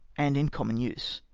and m common use.